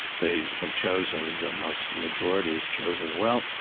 they have chosen the house majority has chosen, well,